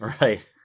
Right